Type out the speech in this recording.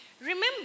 Remember